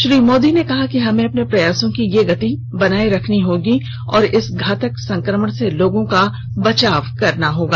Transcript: श्री मोदी ने कहा कि हमें अपने प्रयासों की यह गति बनाये रखनी होगी और इस घातक संक्रमण से लोगों का बचाव करना होगा